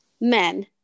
men